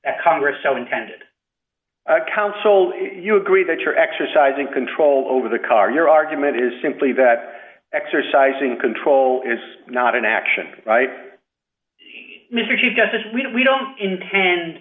that congress so intended counsel you agree that you're exercising control over the car your argument is simply that exercising control is not an action right mr chief justice we don't we don't intend